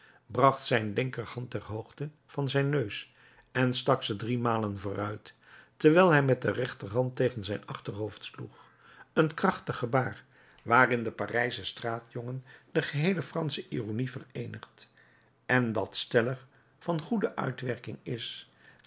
bracht zijn linkerhand ter hoogte van zijn neus en stak ze driemalen vooruit terwijl hij met de rechterhand tegen zijn achterhoofd sloeg een krachtig gebaar waarin de parijsche straatjongen de geheele fransche ironie vereenigt en dat stellig van goede uitwerking is